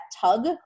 tug